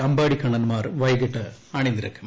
അമ്പാടിക്കണ്ണൻമാർ വൈകിട്ട് അണിനിരക്കും